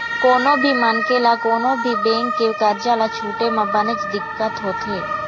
कोनो भी मनखे ल कोनो भी बेंक के करजा ल छूटे म बनेच दिक्कत होथे